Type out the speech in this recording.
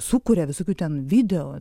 sukuria visokių ten video